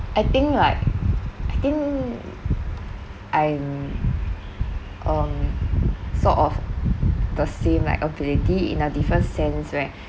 I think like I think I'm um sort of the same like ability in a different sense right